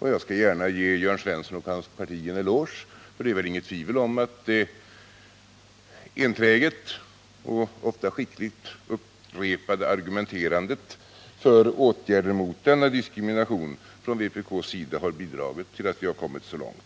Jag skall gärna ge Jörn Svensson och hans parti en eloge, för det är väl inget tvivel om att ett enträget och ofta skickligt upprepat argumenterande från vpk:s sida för åtgärder mot denna diskrimination har bidragit till att vi har kommit så långt.